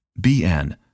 BN